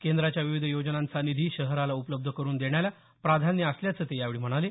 केंद्राच्या विविध योजनांचा निधी शहराला उपलब्ध करून देण्याला प्राधान्य असल्याचं ते यावेळी म्हणाले